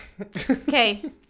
Okay